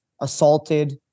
assaulted